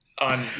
on